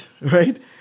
right